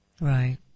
Right